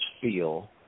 feel